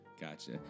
Gotcha